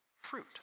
fruit